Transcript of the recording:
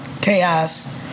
Chaos